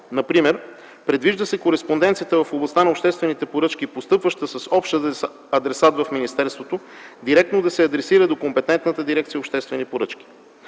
Например, предвижда се кореспонденцията в областта на обществените поръчки, постъпваща с общ адресат в министерството, директно да се адресира до компетентната дирекция „Обществени поръчки”.